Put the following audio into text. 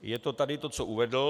Je to tady to, co uvedl.